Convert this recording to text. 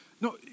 No